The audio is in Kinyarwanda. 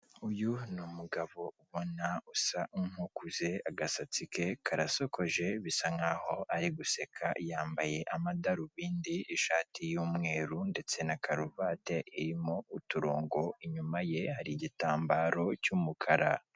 Uyu ni umugabo ubona usa nkukuze agasatsi ke karasokoje bisa nkaho ari guseka, yambaye amadarubindi, ishati y'umweru ndetse na karuvate irimo uturongo, inyuma ye hari igitambaro cy'umukara.